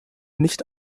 nicht